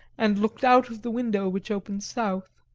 and looked out of the window, which opened south.